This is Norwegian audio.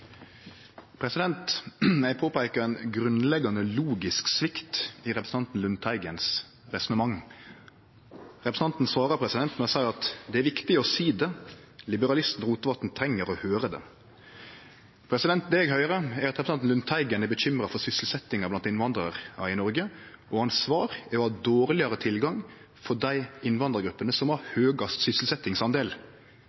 Eg vil peike på ei grunnleggjande logisk svikt i resonnementet til representanten Lundteigen. Representanten svarar meg med å seie at det er viktig å seie det, liberalisten Rotevatn treng å høyre det. Det eg høyrer, er at representanten Lundteigen er bekymra for sysselsetjinga blant innvandrarar i Noreg, og svaret hans er å ha dårlegare tilgang for dei innvandrargruppene som har